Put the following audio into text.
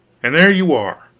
and there you are,